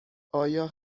آیا